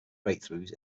breakthroughs